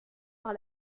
par